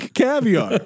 caviar